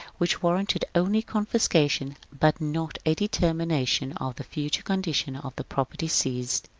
which warranted only confiscation, but not a determination of the future condition of the property seized.